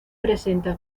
presenta